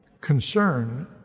concern